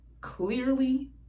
clearly